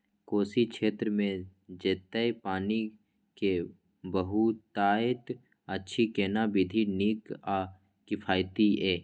कोशी क्षेत्र मे जेतै पानी के बहूतायत अछि केना विधी नीक आ किफायती ये?